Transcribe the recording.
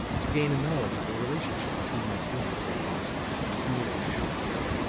to gain a knowledge of the relationship between my fiance and this sneering shopkeeper